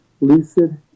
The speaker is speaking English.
lucid